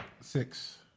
Six